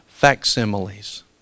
facsimiles